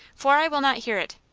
for i will not hear it.